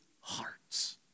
hearts